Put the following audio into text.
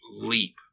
leap